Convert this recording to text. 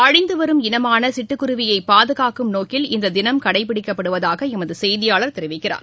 அழிந்துவரும் இனமான சிட்டுக்குருவியை பாதுகாக்கும் நோக்கில் இந்த தினம் கடைப்பிடிக்கப்படுவதாக எமது செய்தியாளர் தெரிவிக்கிறார்